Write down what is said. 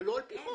זה לא על פי חוק.